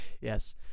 yes